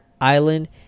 island